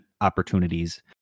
opportunities